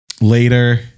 later